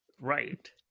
Right